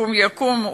קום יקום,